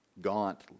Gaunt